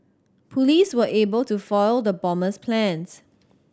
police were able to foil the bomber's plans